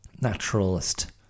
naturalist